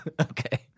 Okay